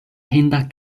hinda